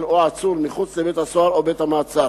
או עצור מחוץ לבית-הסוהר או בית-המעצר,